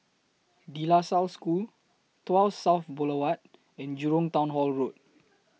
De La Salle School Tuas South Boulevard and Jurong Town Hall Road